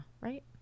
right